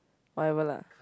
whatever lah